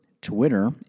Twitter